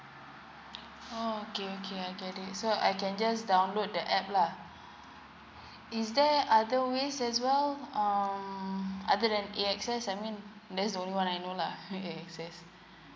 oh okay okay I get it so I can just download the A_P_P lah is there other ways as well um other than A_X_S I mean that's the only one I know lah the A_X_S